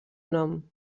nom